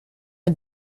the